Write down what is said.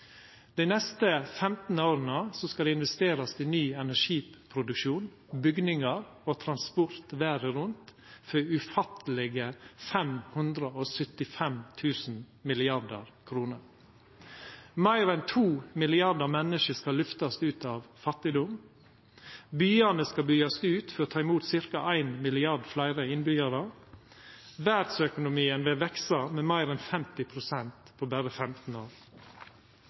Dei neste 15 åra skal det verta investert i ny energiproduksjon, bygnader og transport verda rundt for ufattelege 575 000 mrd. kr. Meir enn to milliardar menneske skal lyftast ut av fattigdom. Byane skal byggjast ut for å ta imot ca. ein milliard fleire innbyggjarar. Verdsøkonomien vil veksa med meir enn 50 pst. på berre 15 år.